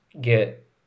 get